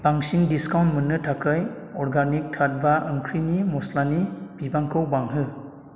बांसिन डिसकाउन्ट मोन्नो थाखाय अर्गानिक तात्वआ ओंख्रिनि मस्लानि बिबांखौ बांहो